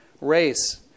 race